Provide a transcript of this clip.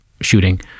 shooting